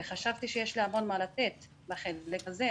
חשבתי שיש לי המון מה לתת בחלק הזה,